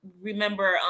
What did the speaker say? remember